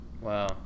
wow